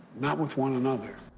not with one another.